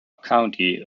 county